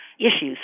issues